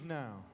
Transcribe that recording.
now